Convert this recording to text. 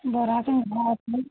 ବରା ସିଙ୍ଗଡ଼ା ଅଛି